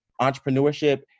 entrepreneurship